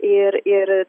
ir ir